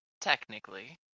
technically